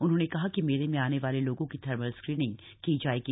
उन्होंने कहा कि मेले में आने वाले लोगों की थर्मल स्क्रीनिंग की जाएगी